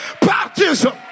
Baptism